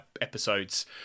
episodes